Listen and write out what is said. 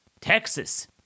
Texas